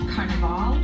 Carnival